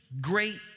great